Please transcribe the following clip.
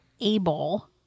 able